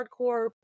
hardcore